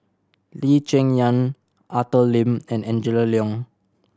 Lee Cheng Yan Arthur Lim and Angela Liong